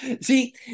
See